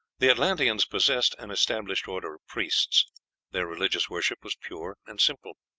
the atlanteans possessed an established order of priests their religious worship was pure and simple.